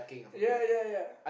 ya ya ya